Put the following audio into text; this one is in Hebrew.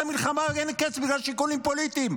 המלחמה עד אין קץ בגלל שיקולים פוליטיים.